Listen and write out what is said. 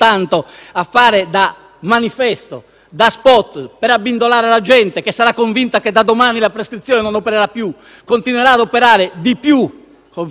manifesto, da *spot*, per abbindolare la gente, che sarà convinta che da domani la prescrizione non opererà più. Invece continuerà ad operare più di prima,